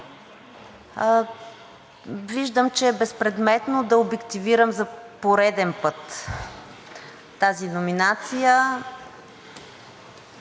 Виждам, че е безпредметно да обективирам за пореден път тази номинация.